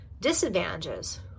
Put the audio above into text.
Disadvantages